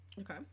Okay